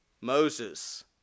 Moses